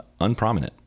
unprominent